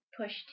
pushed